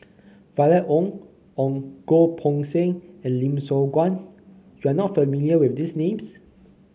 Violet Oon Goh Poh Seng and Lim Siong Guan You are not familiar with these names